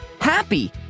Happy